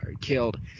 killed